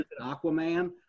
Aquaman